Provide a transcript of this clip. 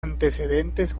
antecedentes